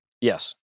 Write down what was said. yes